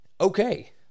okay